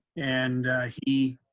and he,